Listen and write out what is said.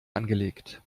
angelegt